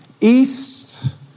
east